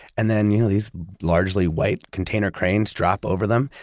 and then you know these largely white container cranes drop over them.